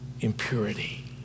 impurity